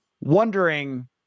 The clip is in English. wondering